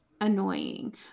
Annoying